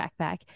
backpack